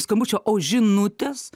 skambučio o žinutės